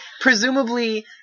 presumably